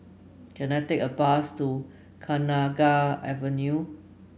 can I take a bus to Kenanga Avenue